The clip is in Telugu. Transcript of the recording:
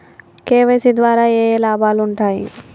కే.వై.సీ ద్వారా ఏఏ లాభాలు ఉంటాయి?